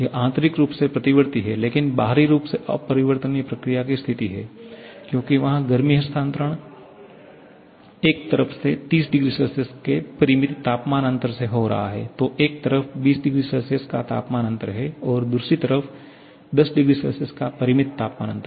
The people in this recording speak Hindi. यह आंतरिक रूप से प्रतिवर्ती है लेकिन बाहरी रूप से अपरिवर्तनीय प्रक्रिया की स्थिति है क्योंकि वहाँ गर्मी हस्तांतरण एक तरफ 30 oC के परिमित तापमान अंतर से हो रहा है तो एक तरफ 20 oC का तापमान अंतर है और दूसरी तरफ 10 ᴏC का परिमित तापमान अंतर है